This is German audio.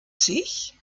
sich